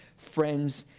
friends,